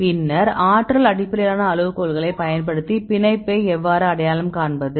பின்னர் ஆற்றல் அடிப்படையிலான அளவுகோல்களைப் பயன்படுத்தி பிணைப்பை எவ்வாறு அடையாளம் காண்பது